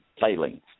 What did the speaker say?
failing